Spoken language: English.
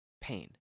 pain